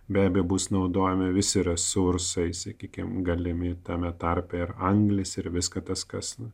be abejo bus naudojami visi resursai sakykime galimi tame tarpe ir anglis ir viską tas kas nors